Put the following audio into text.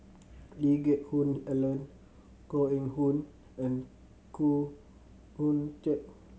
Lee Geck Hoon Ellen Koh Eng Hoon and Khoo Oon Teik